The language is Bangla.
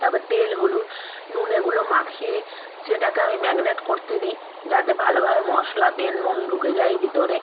তারপর তেল হলুদ নুন এগুলো মাখিয়ে সেটাকে আমি ম্যাগনেট করতে দিই যাতে ভালোভাবে মশলা তেল নুন ঢুকে যায় ভিতরে